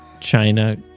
China